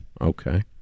Okay